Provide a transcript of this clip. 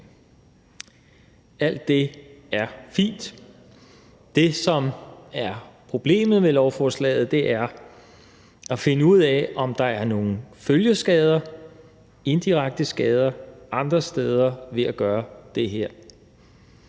Alt det er fint. Det, som er problemet med lovforslaget, er at finde ud af, om der er nogen følgeskader, indirekte skader andre steder, ved at gøre det her.